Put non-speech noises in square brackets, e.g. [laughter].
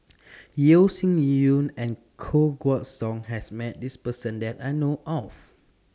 [noise] Yeo Shih Yun and Koh Guan Song has Met This Person that I know of